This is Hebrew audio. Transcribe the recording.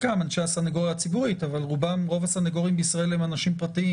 חלקם אנשי הסנגוריה הציבורית אבל רוב הסנגורים בישראל הם אנשים פרטיים